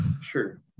Sure